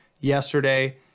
yesterday